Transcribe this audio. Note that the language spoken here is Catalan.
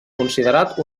considerat